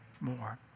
more